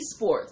esports